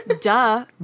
Duh